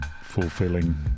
fulfilling